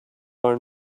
are